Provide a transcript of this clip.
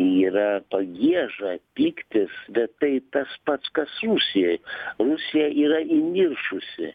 yra pagieža pyktis bet tai tas pats kas rusijoj rusija yra įniršusi